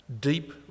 deep